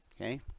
okay